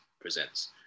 presents